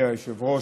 היושב-ראש,